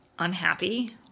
unhappy